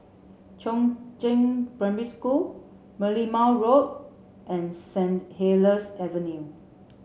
Chongzheng Primary School Merlimau Road and Saint Helier's Avenue